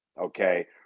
okay